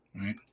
right